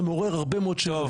זה מעורר הרבה מאוד שאלות